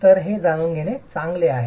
तर हे जाणून घेणे चांगले आहे